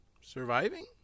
surviving